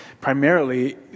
primarily